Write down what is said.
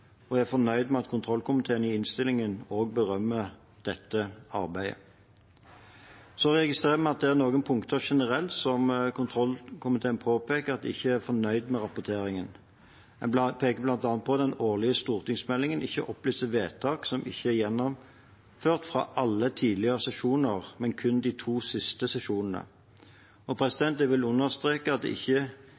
og er fornøyd med at kontrollkomiteen i innstillingen også berømmer dette arbeidet. Så registrerer vi at det er noen punkter generelt der kontrollkomiteen påpeker at den ikke er fornøyd med rapporteringen. En peker bl.a. på at den årlige stortingsmeldingen ikke opplyser om vedtak som ikke er gjennomført, fra alle tidligere sesjoner, men kun de to siste sesjonene. Jeg vil understreke at det i år ikke